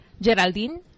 Geraldine